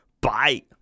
Bye